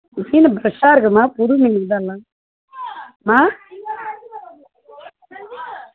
மீன் ஃப்ரெஷ்ஷாக இருக்குதும்மா புது மீனுதாங்க மேம் ஆ